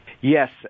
Yes